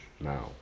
now